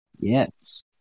Yes